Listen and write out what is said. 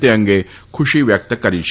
તે અંગે ખુશી વ્યક્ત કરી છે